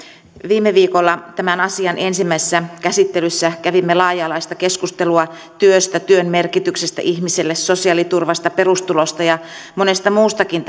viime viikolla tämän asian ensimmäisessä käsittelyssä kävimme laaja alaista keskustelua työstä työn merkityksestä ihmiselle sosiaaliturvasta perustulosta ja monesta muustakin